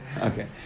okay